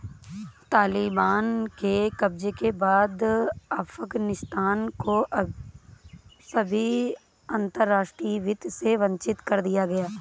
तालिबान के कब्जे के बाद अफगानिस्तान को सभी अंतरराष्ट्रीय वित्त से वंचित कर दिया गया